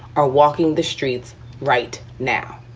are walking the streets right now